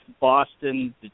Boston